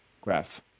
graph